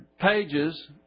pages